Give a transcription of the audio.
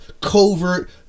covert